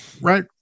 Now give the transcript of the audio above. right